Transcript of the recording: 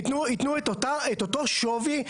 יתנו את אותו שווי.